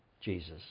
Jesus